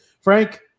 Frank